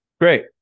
Great